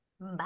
Bye